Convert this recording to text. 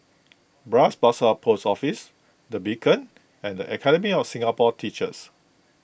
Bras Basah Post Office the Beacon and the Academy of Singapore Teachers